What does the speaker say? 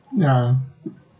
ya